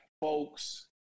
folks